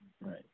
Right